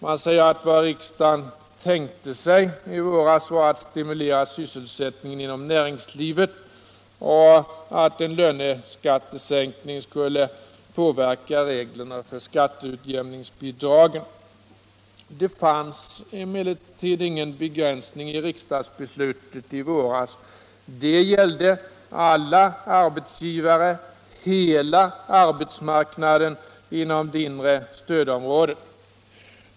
Man säger att vad riksdagen tänkte sig i våras var att stimulera sysselsättningen inom näringslivet och att en löneskattesänkning skulle påverka reglerna för skatteutjämningsbidragen. Det fanns emellertid ingen begränsning i riksdagsbeslutet i våras. Detta gällde alla arbetsgivare, hela arbetsmarknaden inom det inre stödområdet.